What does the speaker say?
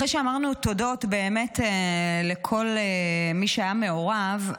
אחרי שאמרנו תודות לכל מי שהיה מעורב,